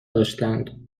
داشتند